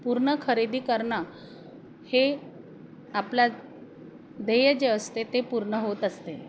पूर्ण खरेदी करणं हे आपला ध्येय जे असते ते पूर्ण होत असते